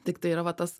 tiktai yra va tas